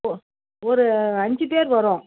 ஒ ஒரு அஞ்சு பேர் வரோம்